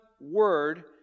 word